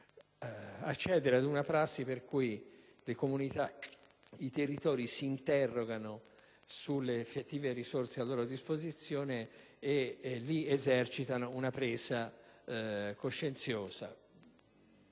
invece, ad una prassi per cui le comunità e i territori si interrogano sulle effettive risorse a loro disposizione esercitando una presa di coscienza.